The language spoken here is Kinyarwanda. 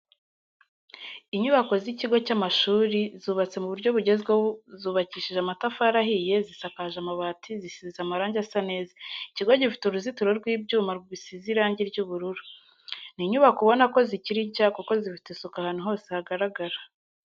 Inyubako y'ikigo cy'amashuri zubatse mu buryo bugezweho zubakishije amatafari ahiye zisakaje amabati zisize amarange asa neza, ikigo gifite uruzitiro rw'ibyuma bisize irangi ry'ubururu. Ni inyubako ubona ko zikiri nshya kuko zifite isuku ahantu hose hagaragara.